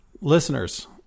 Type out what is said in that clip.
listeners